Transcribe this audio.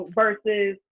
versus